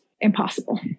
impossible